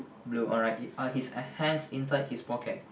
blue alright you are his hands inside his pocket